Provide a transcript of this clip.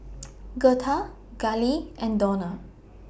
Gertha Kailee and Donald